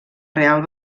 real